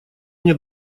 мне